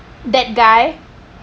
that guy